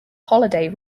holiday